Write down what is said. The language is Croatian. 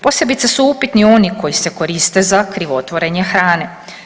Posebice su upitni oni koji se koriste za krivotvorenje hrane.